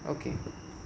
okay